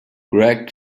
greg